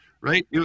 Right